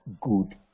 good